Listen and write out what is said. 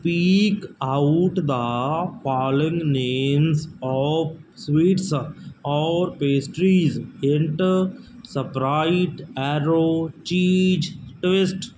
speak out the plan names of sweets or pastries hint sprit arrow cheese twist